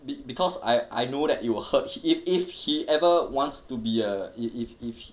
be~ because I I know that it will hurt if if he ever wants to be a if if if